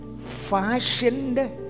fashioned